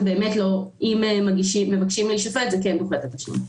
אם מבקשים להישפט זה כן דוחה את התשלום.